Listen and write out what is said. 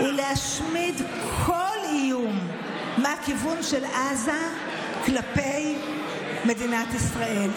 ולהשמיד כל איום מהכיוון של עזה כלפי מדינת ישראל.